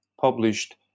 published